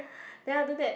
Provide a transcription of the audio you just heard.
then after that